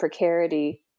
precarity